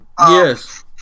Yes